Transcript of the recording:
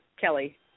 Kelly